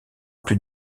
plus